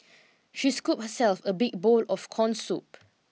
she scoop herself a big bowl of corn soup